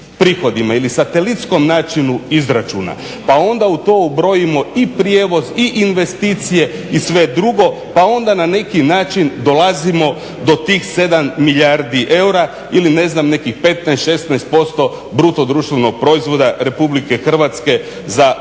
prihodima ili satelitskom načinu izračuna pa onda u to ubrojimo i prijevoz i investicije i sve drugo pa onda na neki način dolazimo do tih 7 milijardi eura ili nekih 15, 16% BDP-a Republike Hrvatske za prošlu